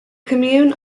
commune